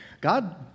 God